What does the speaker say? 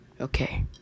okay